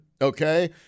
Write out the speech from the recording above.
okay